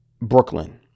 Brooklyn